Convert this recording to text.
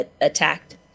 attacked